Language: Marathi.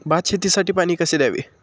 भात शेतीसाठी पाणी कसे द्यावे?